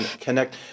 connect